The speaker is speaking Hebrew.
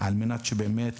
על-מנת שבאמת